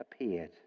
appeared